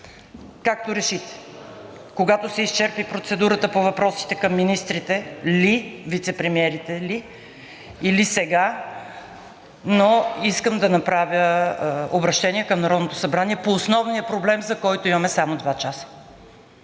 както решите, когато се изчерпи процедурата по въпросите към министрите ли, вицепремиерите ли, или сега, но искам да направя обръщение към Народното събрание по основния проблем, за който имаме само два часа.